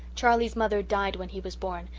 charley's mother died when he was born,